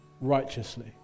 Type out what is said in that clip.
righteously